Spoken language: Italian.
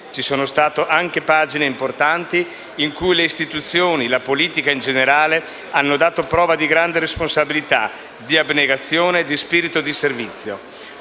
Ci sono state anche pagine importanti, in cui le istituzioni e la politica in generale hanno dato prova di grande responsabilità, di abnegazione e di spirito di servizio.